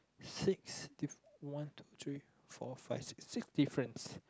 six diff~ one two three four five six difference